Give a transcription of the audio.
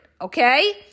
Okay